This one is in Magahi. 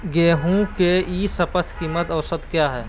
गेंहू के ई शपथ कीमत औसत क्या है?